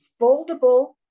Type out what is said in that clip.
foldable